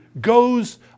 goes